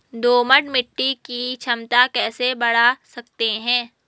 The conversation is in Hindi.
दोमट मिट्टी की क्षमता कैसे बड़ा सकते हैं?